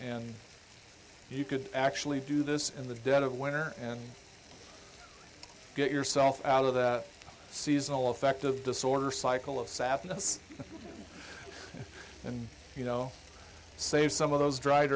and you could actually do this in the dead of winter and get yourself out of that seasonal affective disorder cycle of sadness and you know save some of those dried